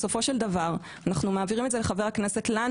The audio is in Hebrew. בסופו של דבר אנחנו מעבירים את זה לחבר הכנסת לנו